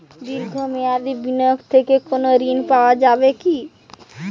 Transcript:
দীর্ঘ মেয়াদি বিনিয়োগ থেকে কোনো ঋন পাওয়া যাবে কী?